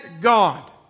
God